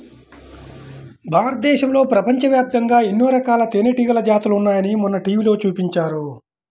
భారతదేశంలో, ప్రపంచవ్యాప్తంగా ఎన్నో రకాల తేనెటీగల జాతులు ఉన్నాయని మొన్న టీవీలో చూపించారు